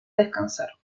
descansar